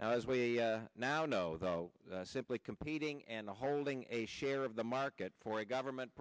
now as we now know the simply competing and holding a share of the market for a government